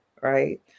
right